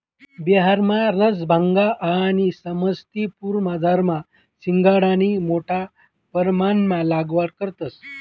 बिहारमा रसभंगा आणि समस्तीपुरमझार शिंघाडानी मोठा परमाणमा लागवड करतंस